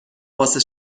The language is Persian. واسه